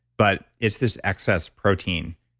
but it's this excess protein,